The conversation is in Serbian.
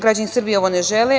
Građani Srbije ovo ne žele.